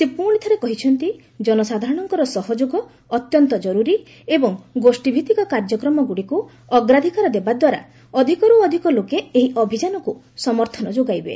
ସେ ପୁଣିଥରେ କହିଛନ୍ତି ଜନସାଧାରଣଙ୍କର ସହଯୋଗ ଅତ୍ୟନ୍ତ ଜରୁରୀ ଏବଂ ଗୋଷ୍ଠୀଭିଭିକ କାର୍ଯ୍ୟକ୍ରମଗୁଡ଼ିକୁ ଅଗ୍ରାଧିକାର ଦେବାଦ୍ୱାରା ଅଧିକରୁ ଅଧିକ ଲୋକେ ଏହି ଅଭିଯାନକୁ ସମର୍ଥନ ଯୋଗାଇବେ